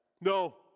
No